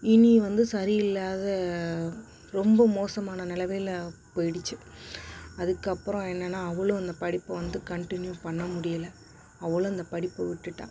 இனியும் வந்து சரியில்லாத ரொம்ப மோசமான நிலமையில போயிடுச்சு அதுக்கப்றம் என்னன்னா அவளும் அந்த படிப்பு வந்து கன்டினியூ பண்ண முடியல அவளும் அந்த படிப்பை விட்டுட்டால்